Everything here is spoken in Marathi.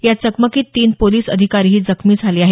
या चकमकीत तीन पोलिस अधिकारीही जखमी झाले आहेत